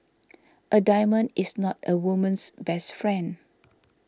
a diamond is not a woman's best friend